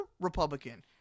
Republican